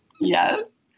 yes